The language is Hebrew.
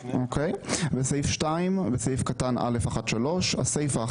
סעיף 2(א1)(3)הסיפה,